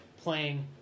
playing